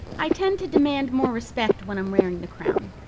i tend to demand more respect when i'm wearing the crown.